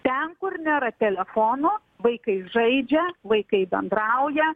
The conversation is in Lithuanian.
ten kur nėra telefono vaikai žaidžia vaikai bendrauja